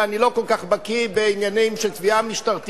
ואני לא כל כך בקי בעניינים של תביעה משטרתית,